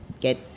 get